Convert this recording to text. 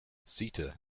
sita